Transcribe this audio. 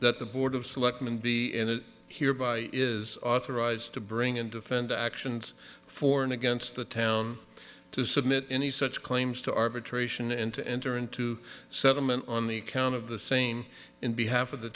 that the board of selectmen be in here by is authorized to bring and defend the actions for and against the town to submit any such claims to arbitration and to enter into settlement on the count of the same in behalf of the